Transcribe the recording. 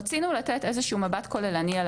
רצינו לדעת איזה שהוא מבט כוללני על